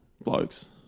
blokes